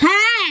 হ্যাঁ